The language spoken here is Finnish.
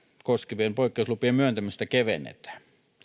koskevien poikkeuslupien myöntämistä kevennetään